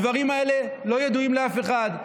הדברים האלה לא ידועים לאף אחד.